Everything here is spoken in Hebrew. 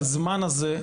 בזמן הזה,